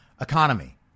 economy